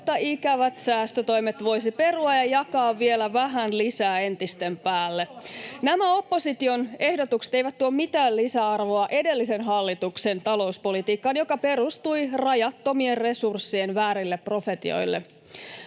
kaikki ikävät säästötoimet voisi perua ja jakaa vielä vähän lisää entisten päälle. Nämä opposition ehdotukset eivät tuo mitään lisäarvoa edellisen hallituksen talouspolitiikkaan, joka perustui rajattomien resurssien väärille profetioille.